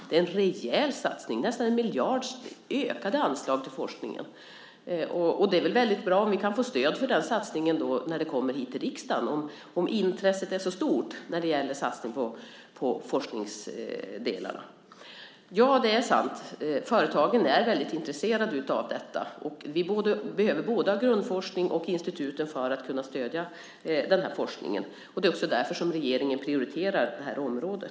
Det är en rejäl satsning - nästan 1 miljard i ökade anslag till forskningen. Det är väl väldigt bra om vi kan få stöd för den satsningen när förslaget kommer hit till riksdagen, om intresset är så stort när det gäller satsning på forskningsdelarna. Det är sant att företagen är väldigt intresserade av detta, och vi behöver ha både grundforskningen och instituten för att kunna stödja den här forskningen. Det är också därför regeringen prioriterar detta område.